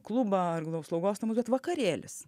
klubą ar slaugos namų bet vakarėlis